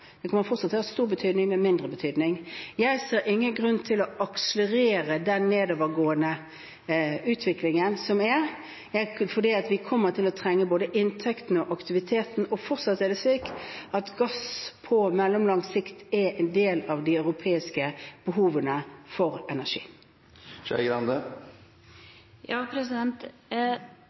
Det kommer fortsatt til å ha stor betydning, men mindre betydning. Jeg ser ingen grunn til å akselerere den nedadgående utviklingen som er, fordi vi kommer til å trenge både inntektene og aktiviteten. Og fortsatt er det slik at gass på mellomlang sikt er en del av det europeiske behovet for energi.